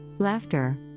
laughter